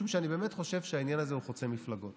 משום שאני באמת חושב שהעניין הזה הוא חוצה מפלגות.